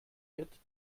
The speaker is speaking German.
wird